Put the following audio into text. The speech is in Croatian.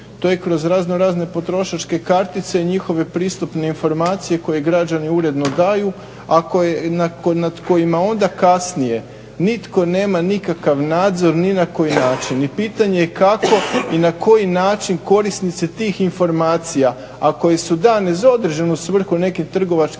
To je kroz razno razne potrošačke kartice i njihove pristupne informacije koje građani uredno daju, a nad kojima onda kasnije nitko nema nikakav nadzor ni na koji način i pitanje je kako i na koji način korisnici tih informacija, a koje su dane za određenu svrhu nekim trgovačkim